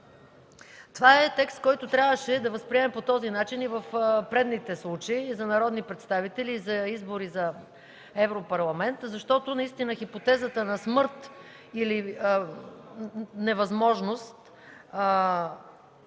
Това е текст, който трябваше да възприемем по този начин и в предните случаи за избори за народни представители и за Европарламент, защото наистина хипотезата на смърт или невъзможност,